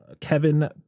Kevin